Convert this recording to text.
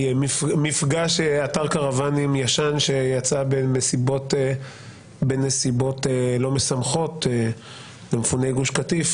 מפגע שאתר קרוואנים ישן שיצא בנסיבות לא משמחות למפוני גוש קטיף,